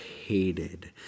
hated